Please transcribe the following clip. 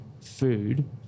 food